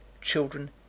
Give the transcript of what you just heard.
children